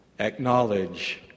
Acknowledge